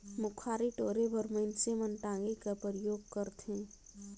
मुखारी टोरे बर मइनसे मन टागी कर परियोग करथे